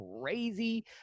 crazy